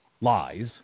Lies